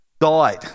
died